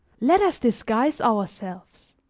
let us disguise ourselves,